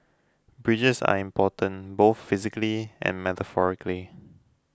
bridges are important both physically and metaphorically